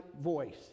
voice